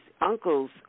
uncle's